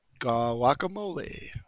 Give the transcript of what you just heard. Guacamole